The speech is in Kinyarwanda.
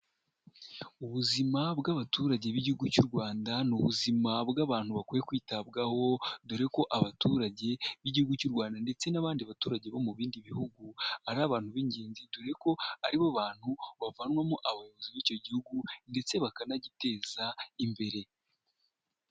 Ubuzima bw'abaturage b'igihugu cy'u Rwanda, ni ubuzima bw'abantu bakwiye kwitabwaho dore ko abaturage b'igihugu cy'u Rwanda ndetse n'abandi baturage bo mu bindi bihugu ari abantu b'ingenzi dore ko aribo bantu bavanwamo abayobozi b'icyo gihugu ndetse bakanagiteza imbere.